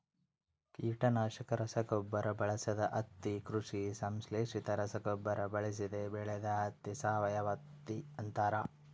ಕೀಟನಾಶಕ ರಸಗೊಬ್ಬರ ಬಳಸದ ಹತ್ತಿ ಕೃಷಿ ಸಂಶ್ಲೇಷಿತ ರಸಗೊಬ್ಬರ ಬಳಸದೆ ಬೆಳೆದ ಹತ್ತಿ ಸಾವಯವಹತ್ತಿ ಅಂತಾರ